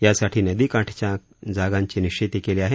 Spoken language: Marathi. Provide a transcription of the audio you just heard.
यासाठी नदीकाठच्या जागांची निश्चिती केली आहे